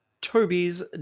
Toby's